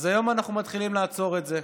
אז היום אנחנו מתחילים לעצור את זה.